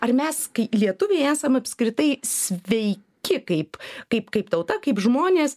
ar mes lietuviai esam apskritai sveiki kaip kaip kaip tauta kaip žmonės